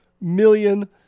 million